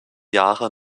jahre